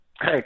Hey